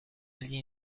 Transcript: agli